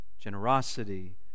generosity